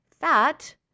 fat